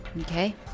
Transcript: Okay